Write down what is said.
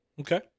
Okay